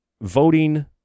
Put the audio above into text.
voting